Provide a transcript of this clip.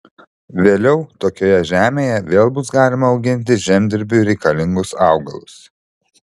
vėliau tokioje žemėje vėl bus galima auginti žemdirbiui reikalingus augalus